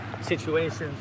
situations